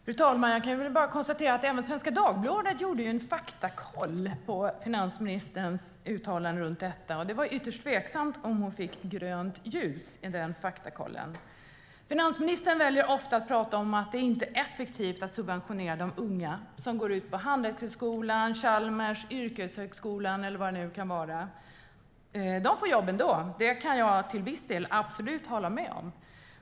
Fru talman! Jag kan bara konstatera att även Svenska Dagbladet gjorde en faktakoll av finansministerns uttalande om detta, och det var ytterst tveksamt om hon fick grönt ljus i denna faktakoll. Finansministern väljer ofta att tala om att det inte är effektivt att subventionera de unga som går ut från Handelshögskolan, Chalmers, yrkeshögskolan och så vidare. De får jobb ändå. Det kan jag till viss del hålla med om.